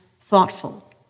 thoughtful